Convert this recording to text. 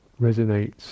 resonates